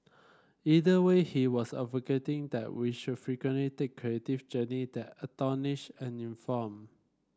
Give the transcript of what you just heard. either way he was advocating that we should frequently take creative journey that astonish and inform